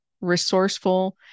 resourceful